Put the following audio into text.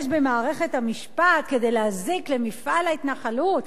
במערכת המשפט כדי להזיק למפעל ההתנחלות,